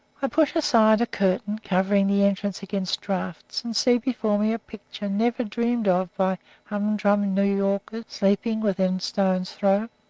i push aside a curtain covering the entrance against drafts, and see before me a picture never dreamed of by humdrum new-yorkers sleeping within stone's throw.